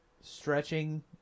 stretching